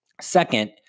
Second